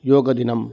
योगदिनम्